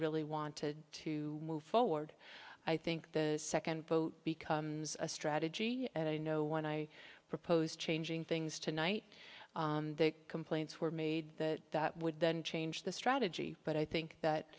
really wanted to move forward i think the second vote becomes a strategy you know what i propose changing things tonight the complaints were made that that would then change the strategy but i think that